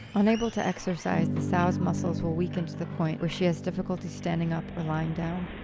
unable to exercise, the sow's muscles will weaken to the point where she has difficulty standing up or lying down,